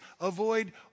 Avoid